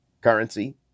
currency